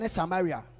Samaria